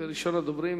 וראשון הדוברים,